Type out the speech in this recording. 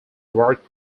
worked